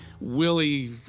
Willie